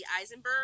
Eisenberg